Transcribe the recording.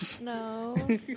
no